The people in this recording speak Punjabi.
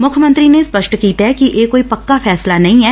ਮੁੱਖ ਮੰਤਰੀ ਨੇ ਸਪੱਸ਼ਟ ਕੀਤੈ ਕਿ ਇਹ ਕੋੱਈ ਪੱਕਾ ਫੈਸਲਾ ਨਹੀ ਐ